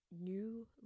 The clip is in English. new